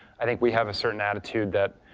i think we have a certain attitude that